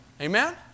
Amen